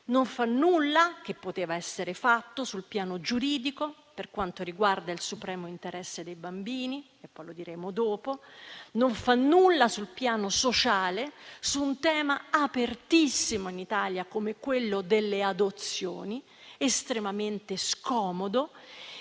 Non fa nulla di ciò che poteva essere fatto sul piano giuridico per quanto riguarda il supremo interesse dei bambini (lo diremo dopo) e non fa nulla sul piano sociale su un tema apertissimo in Italia, come quello delle adozioni, estremamente scomodo;